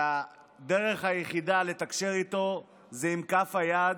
והדרך היחידה לתקשר איתו היא עם כף היד,